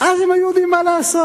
אז הם היו יודעים מה לעשות.